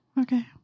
okay